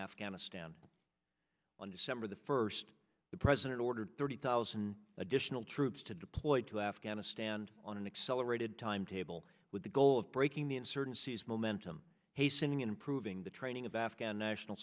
afghanistan on december the first president ordered thirty thousand additional troops to deploy to afghanistan on an accelerated timetable with the goal of breaking the insurgency has momentum hastening improving the training of afghan national